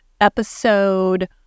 episode